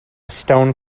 stone